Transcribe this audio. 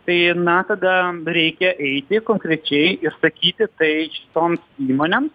tai na tada reikia eiti konkrečiai ir sakyti tai šitoms įmonėms